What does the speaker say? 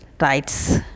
rights